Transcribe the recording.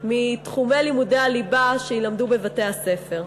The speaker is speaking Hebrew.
מתחומי לימודי הליבה שיילמדו בבתי-הספר.